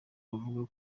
avuga